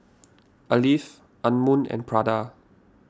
Alive Anmum and Prada